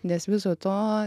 nes viso to